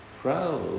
proud